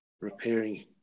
repairing